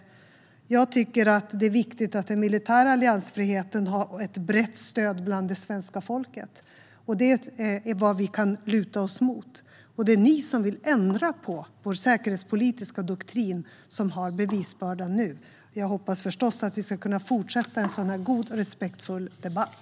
Jag tycker att det är viktigt att den militära alliansfriheten har ett brett stöd bland det svenska folket, och det är vad vi kan luta oss mot. Det är ni som vill ändra vår säkerhetspolitiska doktrin som har bevisbördan nu. Jag hoppas förstås att vi ska kunna fortsätta ha en god och respektfull debatt.